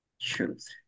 truth